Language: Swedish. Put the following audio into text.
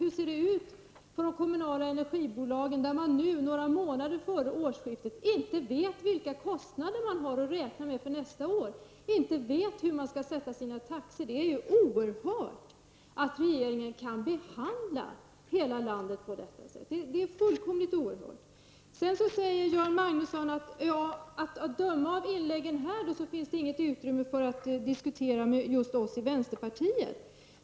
Hur ser det ut för de kommunala energibolagen, där man nu några månader före årsskiftet inte vet vilka kostnader man har att räkna med för nästa år, inte vet hur man skall sätta sina taxor? Det är fullkomligt oerhört att regeringen kan behandla hela landet på detta sätt! Göran Magnusson säger vidare: Att döma av inläggen här finns det inget utrymme för att diskutera med just oss i vänsterpartiet.